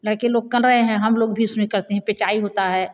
लड़के लोग कर रहे हैं हम लोग भी उसमें करते हैं पिचाई होता है